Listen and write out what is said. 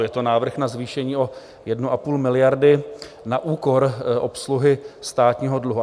Je to návrh na zvýšení o 1,5 miliardy na úkor obsluhy státního dluhu.